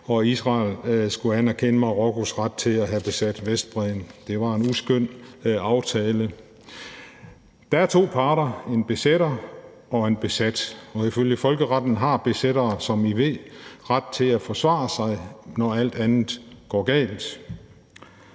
og Israel skulle anerkende Marokkos ret til at have besat Vestsahara. Det var en uskøn aftale. Der er to parter, en besætter og en besat, og ifølge folkeretten har besættere, som I ved, ret til at forsvare sig, når alt andet går galt.